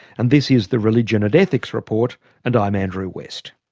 and this is the religion and ethics report and i'm andrew west